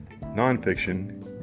nonfiction